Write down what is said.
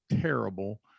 terrible